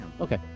Okay